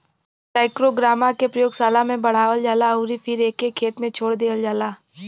trichogramma के प्रयोगशाला में बढ़ावल जाला अउरी फिर एके खेत में छोड़ देहल जाला